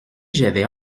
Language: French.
j’avais